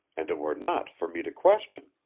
and it were not for me to question.